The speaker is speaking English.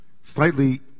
slightly